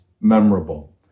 memorable